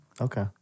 Okay